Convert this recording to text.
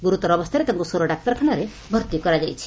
ଗୁରୁତର ଅବସ୍ଚାରେ ତାଙ୍ଙୁ ସୋର ଡାକ୍ତରଖାନାରେ ଭର୍ତି କରାଯାଇଛି